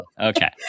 Okay